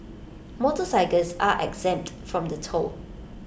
motorcycles are exempt from the toll